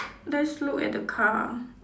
let's look at the car